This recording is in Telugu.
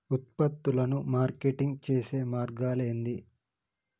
ఉత్పత్తులను మార్కెటింగ్ చేసే మార్గాలు ఏంది?